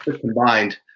combined